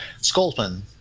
Sculpin